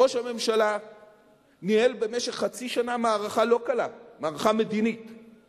ראש הממשלה ניהל במשך חצי שנה מערכה מדינית לא קלה.